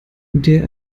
der